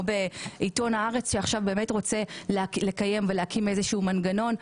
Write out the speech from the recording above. עיתון "הארץ" שרוצה עכשיו להקים מנגנון.